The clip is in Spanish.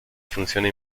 funciona